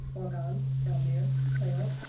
orgon, elmire, cleante,